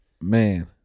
Man